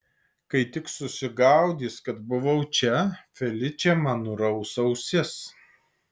kai tik susigaudys kad buvau čia feličė man nuraus ausis